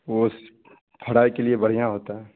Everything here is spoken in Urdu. وہ فرائی کے لیے بڑھیا ہوتا ہے